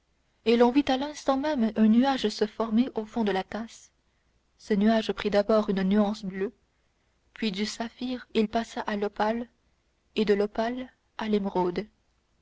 et l'on vit à l'instant même un nuage se former au fond de la tasse ce nuage prit d'abord une nuance bleue puis du saphir il passa à l'opale et de l'opale à l'émeraude